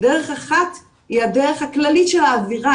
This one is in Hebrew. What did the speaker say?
דרך אחת היא הדרך הכללית של האווירה,